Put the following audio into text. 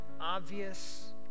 obvious